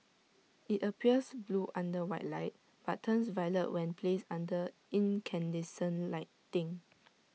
IT appears blue under white light but turns violet when placed under incandescent lighting